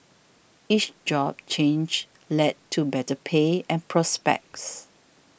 each job change led to better pay and prospects